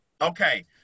Okay